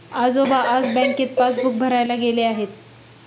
आजोबा आज बँकेत पासबुक भरायला गेले आहेत